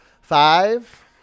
Five